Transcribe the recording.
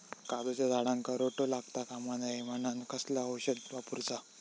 काजूच्या झाडांका रोटो लागता कमा नये म्हनान कसला औषध वापरूचा?